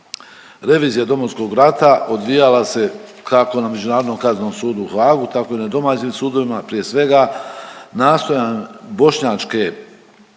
Revizija Domovinskog rata odvijala se kako na Međunarodnom kaznenom sudu u Haagu tako i na domaćim sudovima prije svega nastojanjem bošnjačke